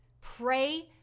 Pray